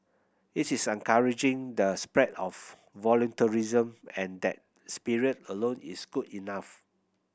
it's encouraging the spread of voluntarism and that spirit alone is good enough